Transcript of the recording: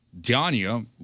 Danya